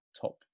top